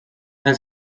dels